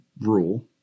rule